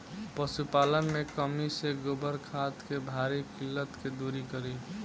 पशुपालन मे कमी से गोबर खाद के भारी किल्लत के दुरी करी?